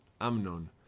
Amnon